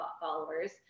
followers